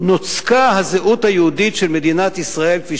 נוצקה הזהות היהודית של מדינת ישראל כפי